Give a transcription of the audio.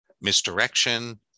misdirection